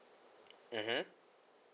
mmhmm